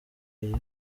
iyi